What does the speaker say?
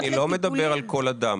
אני לא מדבר על כל אדם.